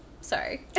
Sorry